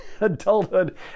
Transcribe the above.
adulthood